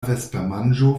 vespermanĝo